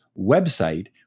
website